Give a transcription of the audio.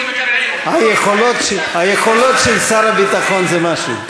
היכולות של שר הביטחון זה משהו.